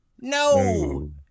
No